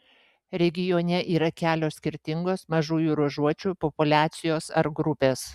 regione yra kelios skirtingos mažųjų ruožuočių populiacijos ar grupės